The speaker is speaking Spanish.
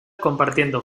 compartiendo